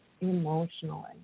emotionally